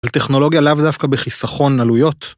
על טכנולוגיה לאו דווקא בחיסכון עלויות.